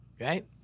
right